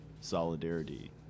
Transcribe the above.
solidarity